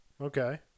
Okay